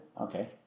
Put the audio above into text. Okay